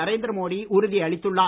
நரேந்திர மோடி உறுதியளித்துள்ளார்